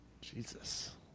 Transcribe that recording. Jesus